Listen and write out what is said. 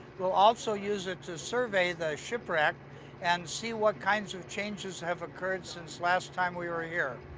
we'll also use it to survey the shipwreck and see what kinds of changes have occurred since last time we were here.